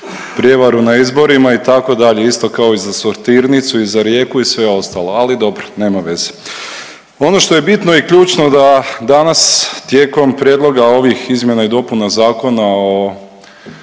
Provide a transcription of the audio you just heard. prijevaru na izborima itd., isto kao i za sortirnicu i za Rijeku i sve ostalo, ali dobro nema veze. Ono što je bitno i ključno da danas tijekom prijedloga ovih izmjena i dopuna Zakona o